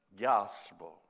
gospel